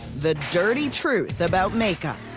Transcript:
the dirty truth about make-up.